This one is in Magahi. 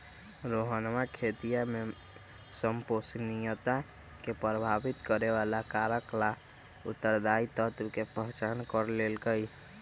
रोहनवा खेतीया में संपोषणीयता के प्रभावित करे वाला कारक ला उत्तरदायी तत्व के पहचान कर लेल कई है